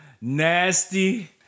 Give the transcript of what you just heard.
nasty